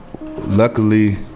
luckily